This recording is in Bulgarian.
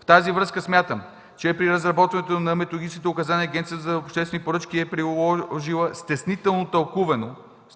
В тази връзка смятам, че при разработването на методическите указания Агенцията по обществените поръчки е приложила стеснително